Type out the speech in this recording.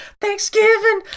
Thanksgiving